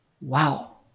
Wow